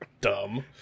Dumb